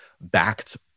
backed